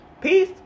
Peace